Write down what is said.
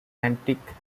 antiques